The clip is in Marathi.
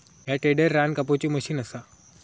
ह्या टेडर रान कापुची मशीन असा